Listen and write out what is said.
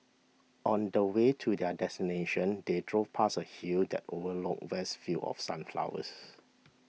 on the way to their destination they drove past a hill that overlooked vast fields of sunflowers